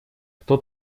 кто